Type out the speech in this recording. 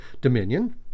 dominion